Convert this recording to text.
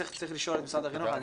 צריך לשאול את משרד החינוך.